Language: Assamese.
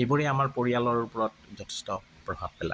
এইবোৰেই আমাৰ পৰিয়ালৰ ওপৰত যথেষ্ট প্ৰভাৱ পেলায়